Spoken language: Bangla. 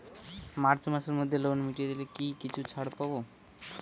মার্চ মাসের মধ্যে লোন মিটিয়ে দিলে কি কিছু ছাড় পাব?